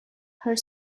her